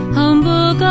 humble